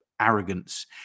arrogance